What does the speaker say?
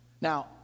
Now